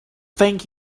thank